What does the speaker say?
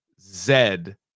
Zed